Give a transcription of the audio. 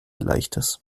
leichtes